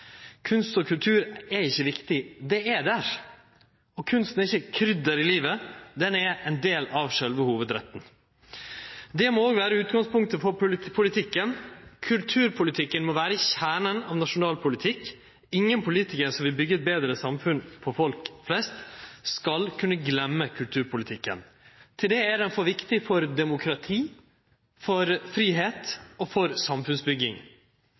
Kunst og kultur er ikkje viktig – det er der. Kunsten er ikkje krydder i livet – den er ein del av sjølve hovudretten. Det må òg vere utgangspunktet for politikken. Kulturpolitikken må vere kjernen i nasjonalpolitikken. Ingen politikar som vil byggje eit betre samfunn for folk flest, skal kunne gløyme kulturpolitikken. Til det er den for viktig for demokrati, for fridom og for samfunnsbygging.